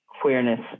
queerness